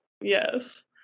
Yes